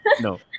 No